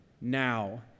Now